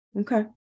Okay